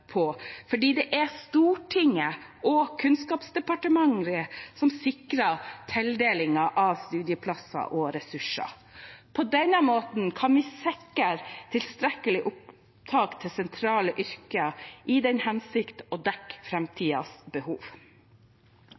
fordi det er Stortinget og Kunnskapsdepartementet som sikrer tildelingen av studieplasser og ressurser. På denne måten kan vi sikre tilstrekkelig opptak til sentrale yrker i den hensikt å dekke framtidens behov.